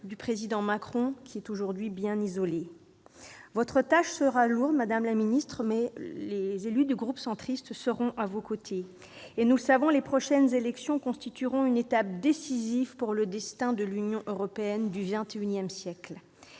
de la République, qui est aujourd'hui bien isolé. Votre tâche sera lourde, madame la ministre, mais les membres du groupe Union Centriste seront à vos côtés. Nous savons que les prochaines élections constitueront une étape décisive pour le destin de l'Union européenne du XXI siècle.